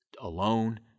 alone